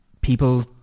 people